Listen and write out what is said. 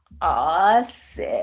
Awesome